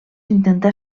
intentà